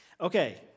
Okay